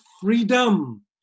freedom